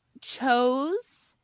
chose